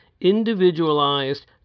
individualized